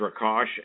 rakash